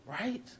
Right